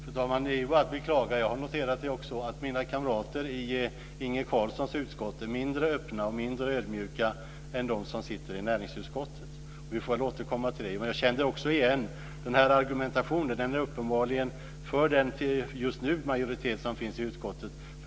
Fru talman! Det är bara att beklaga. Jag har också noterat att mina kamrater i Inge Carlssons utskott är mindre öppna och mindre ödmjuka än dem som sitter i näringsutskottet. Vi får väl återkomma till det. Jag känner också igen den här argumentationen. Den finns uppenbarligen hos den majoritet som just nu finns i utskottet.